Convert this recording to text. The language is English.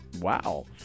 Wow